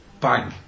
bang